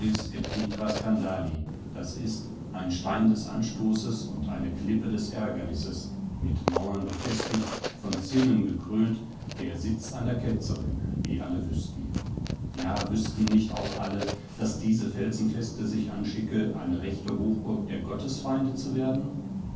das ist ein stein des anstoßes und eine klippe des ärgernisses mit mauern befestigt von zinnen gekrönt der sitz einer ketzerin wie alle wüßten ja wüßten nicht auch alle daß diese felsenfeste sich anschicke eine reche hochburg der gottesfeinde zu werden